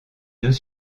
deux